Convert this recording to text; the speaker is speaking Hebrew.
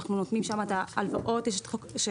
ואנחנו נותנים שם הלוואות בסך